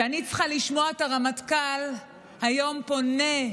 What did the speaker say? כשאני צריכה לשמוע את הרמטכ"ל היום פונה,